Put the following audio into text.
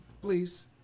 Please